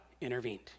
intervened